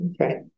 okay